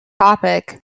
topic